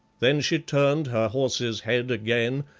then she turned her horse's head again,